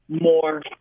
more